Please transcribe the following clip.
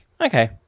Okay